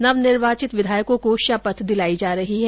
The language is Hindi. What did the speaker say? नवनिर्वाचित विधायकों को शपथ दिलाई जा रही है